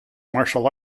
martial